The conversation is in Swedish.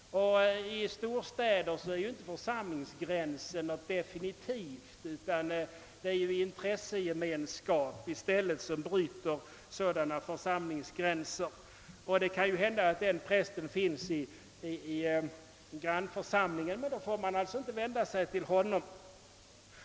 I storstäder är ju församlingsgränsen inte något definitivt. Det finns en intressegemenskap som bryter gränserna. Den präst man vill söka för medling kanske finns i grannförsamlingen, men då får man alltså inte vända sig till honom.